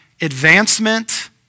advancement